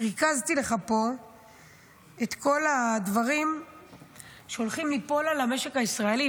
ריכזתי לך פה את כל הדברים שהולכים ליפול על המשק הישראלי,